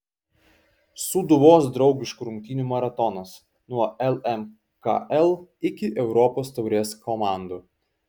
sūduvos draugiškų rungtynių maratonas nuo lmkl iki europos taurės komandų